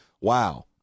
wow